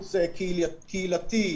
ערוץ קהילתי,